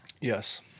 Yes